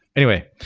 anyway,